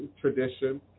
tradition